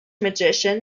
magician